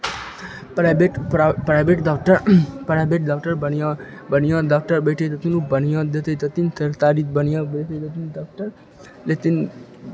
private प्राइ private doctor private doctor बढ़िआँ बढ़िआँ डाक्टर बैठै छथिन ओ बढ़िआँ देखै छथिन सरतारी बढ़िआँ बैठै थथिन डाक्टर लेतिन